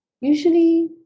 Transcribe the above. usually